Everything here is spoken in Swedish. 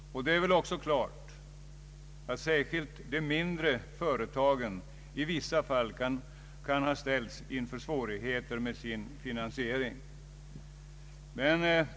Det är väl också klart att särskilt de mindre företagen i vissa fall kan ha ställts inför svårigheter med sin finansiering.